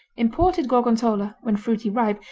imported gorgonzola, when fruity ripe,